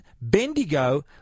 Bendigo